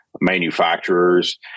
manufacturers